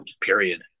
period